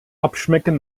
abschmecken